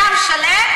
זה עם שלם,